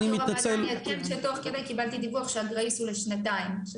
רק אעדכן שתוך כדי קיבלתי דיווח שהגרייס הוא לשנתיים.